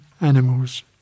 animals